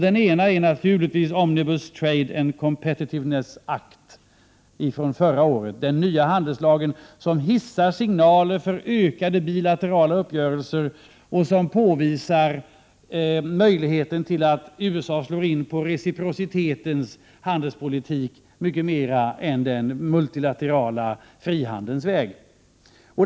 Den ena är naturligtvis Omnibus Trade and Competitiveness Act från förra året, den nya handelslagen som hissar signaler för ökade bilaterala uppgörelser och som påvisar möjligheten att USA slår in på reciprocitetens handelspolitik mycket mer än den multilaterala frihandelsvägen.